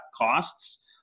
costs